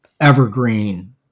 evergreen